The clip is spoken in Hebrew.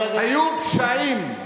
היו פשעים,